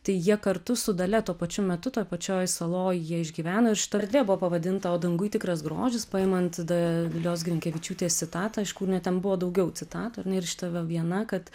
tai jie kartu su dalia tuo pačiu metu toj pačioj saloj jie išgyveno šita erdvė buvo pavadinta o danguj tikras grožis paimant da dalios grinkevičiūtės citatą aišku na ten buvo daugiau citatų ar ne ir šita va viena kad